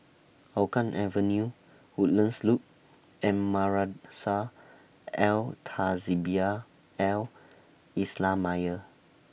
Hougang Avenue Woodlands Loop and Madrasah Al Tahzibiah Al Islamiah